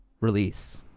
release